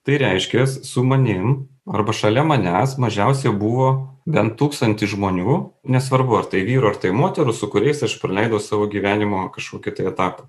tai reiškias su manim arba šalia manęs mažiausia jau buvo bent tūkstantis žmonių nesvarbu ar tai vyrų ar tai moterų su kuriais aš praleidau savo gyvenimo kažkokį tai etapą